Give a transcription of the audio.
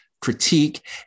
critique